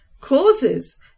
causes